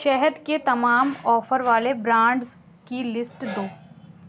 شہد کے تمام آفر والے برانڈس کی لسٹ دو